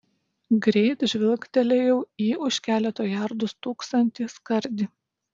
greit žvilgtelėjau į už keleto jardų stūksantį skardį